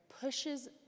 pushes